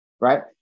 right